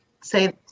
Say